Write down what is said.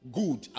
good